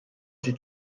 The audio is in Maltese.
ġie